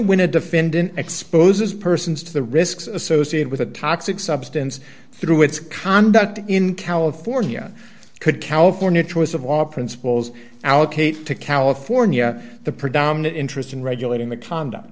when a defendant exposes persons to the risks associated with a toxic substance through its conduct in california could california choice of law principles allocate to california the predominant interest in regulating the conduct